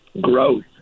growth